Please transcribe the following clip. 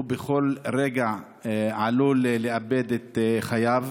הוא בכל רגע עלול לאבד את חייו.